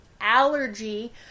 allergy